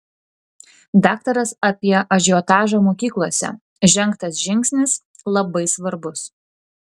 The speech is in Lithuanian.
daktaras apie ažiotažą mokyklose žengtas žingsnis labai svarbus